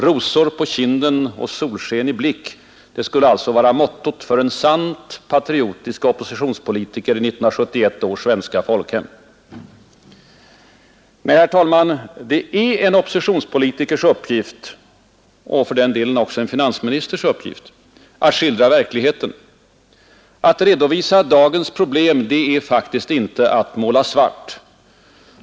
”Rosor på kinden och solsken i blick” — det skulle alltså vara mottot för en sant patriotisk oppositionspolitiker i 1971 års svenska folkhem. Nej, herr talman, det är en oppositionspolitikers uppgift — och för den delen också en finansministers uppgift — att skildra verkligheten. Att redovisa dagens problem, det är faktiskt inte att svartmåla.